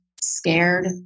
scared